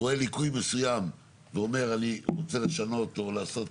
רואה ליקוי מסוים ואומר שהוא רוצה לשנות או לעשות